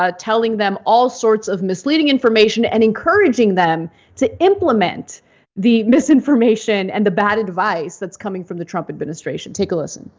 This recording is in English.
ah telling them all sorts of misleading information and encouraging them to implement the misinformation and the bad advice that's coming from the trump administration. take a listen.